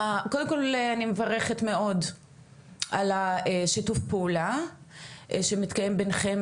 קודם כל אני מברכת מאוד על שיתוף הפעולה שמתקיים ביניכם,